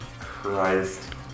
Christ